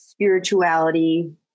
spirituality